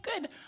good